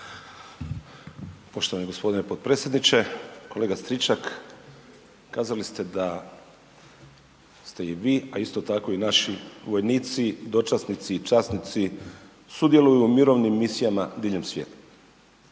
Poštovani g. potpredsjedniče. Kolega Stričak, kazali ste da ste i vi, a isto tako i naši vojnici, dočasnici i časnici sudjeluju u mirovnim misijama diljem svijeta.